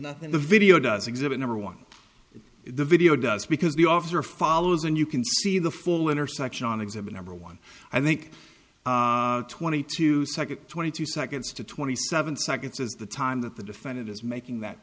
nothing the video does exhibit number one the video does because the officer follows and you can see the full intersection on exhibit number one i think twenty two seconds twenty two seconds to twenty seven seconds is the time that the defendant is making that